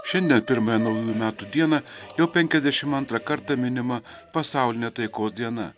šiandien pirmąją naujųjų metų dieną jau penkiasdešim antrą kartą minima pasaulinė taikos diena